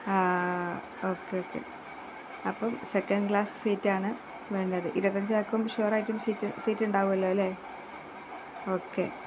ആ okay okay അപ്പോള് second class സീറ്റാണ് വേണ്ടത് ഇരുപത്തിയഞ്ചാള്ക്കും ഷുവറായിട്ടും സീറ്റ് സീറ്റുണ്ടാവുമല്ലോ അല്ലേ ഓക്കെ